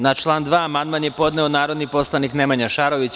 Na član 2. amandman je podneo narodni poslanik Nemanja Šarović.